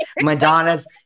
Madonna's